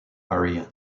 area